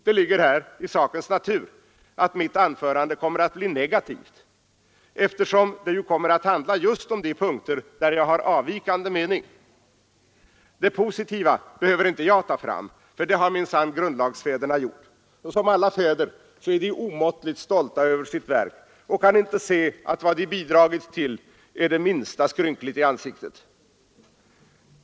Det ligger här i sakens natur att mitt anförande kommer att bli negativt, eftersom det kommer att handla om just de punkter där jag har avvikande mening. Det positiva behöver inte jag ta fram, för det har minsann grundlagsfäderna gjort. Som alla fäder är de omåttligt stolta över sitt verk och kan inte se att vad de bidragit till är det minsta skrynkligt i ansiktet.